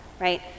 right